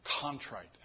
contrite